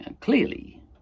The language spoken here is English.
clearly